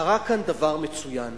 קרה כאן דבר מצוין.